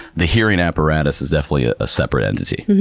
the hearing apparatus is definitely a ah separate entity.